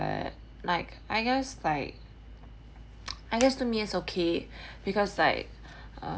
but like I guess like I guess to me is okay because like uh